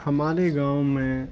ہمارے گاؤں میں